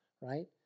right